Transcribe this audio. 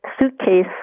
suitcase